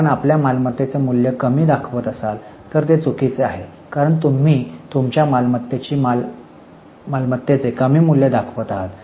जर आपण आपल्या मालमत्तेचे मूल्य कमी दाखवत असाल तर ते चुकीचे आहे कारण तुम्ही तुमच्या मालमत्तेची मालमत्तेचे कमी मूल्य दाखवत आहात